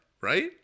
right